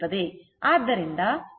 ಆದ್ದರಿಂದ v Vm √ 2 ಗೆ ಸಮಾನವಾಗಿರುತ್ತದೆ